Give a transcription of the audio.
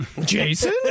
Jason